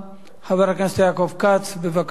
חבר הכנסת יעקב כץ, בבקשה.